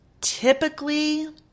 Typically